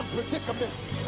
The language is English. predicaments